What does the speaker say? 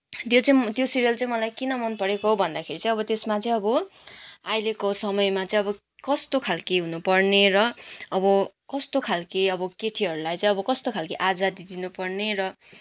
त्यो चाहिँ त्यो सिरियल चाहिँ मलाई किन मनपरेको भन्दाखेरि चाहिँ अब त्यसमा चाहिँ अब अहिलेको समयमा चाहिँ अब कस्तो खालके हुनुपर्ने र अब कस्तो खालके अब केटीहरूलाई चाहिँ कस्तो खालके आजादी दिनुपर्ने र